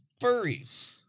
Furries